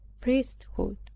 priesthood